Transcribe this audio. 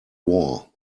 war